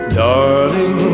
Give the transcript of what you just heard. darling